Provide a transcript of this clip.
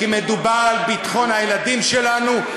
כי מדובר על ביטחון הילדים שלנו,